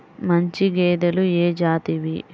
మంచి గేదెలు ఏ జాతివి?